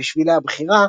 בשבילי הבחירה,